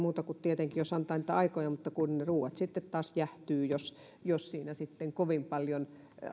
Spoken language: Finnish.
muuten kuin tietenkin niin että antaa aikoja mutta kun ne ruoat sitten taas jäähtyvät jos jos siinä kovin paljon